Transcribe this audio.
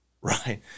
right